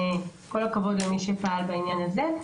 כל הכבוד למי שפעל בעניין הזה.